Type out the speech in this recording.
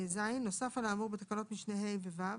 (ז) נוסף על האמור בתקנות משנה (ה) ו-(ו),